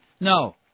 No